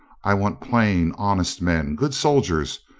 i want plain, honest men, good soldiers,